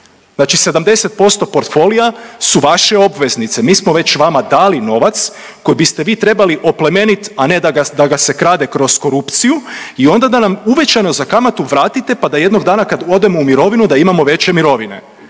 Znači 70% portfolija su vaše obveznice, mi smo već vama dali novac koji biste vi trebali oplemenit, a ne da ga se krade kroz korupciju i onda da nam uvećano za kamatu vratite pa jednog dana kad odemo u mirovinu da imamo veće mirovine.